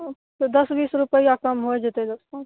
हूँ से दश बीस रुपैआ कम होइ जइतै दश पाँच